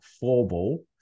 four-ball